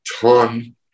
ton